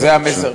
בבקשה.